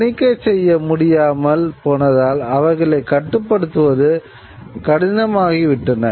தணிக்கை செய்ய முடியாமல் போனதால் அவைகளை கட்டுப்படுத்துவது கடினமாகிவிட்டன